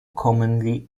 commonly